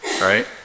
right